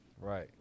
Right